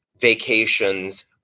vacations